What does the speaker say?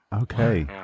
Okay